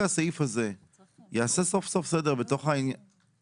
הסעיף הזה יעשה סוף סוף סדר בתוך העניין.